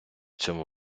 цьому